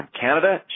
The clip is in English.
Canada